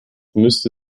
müsste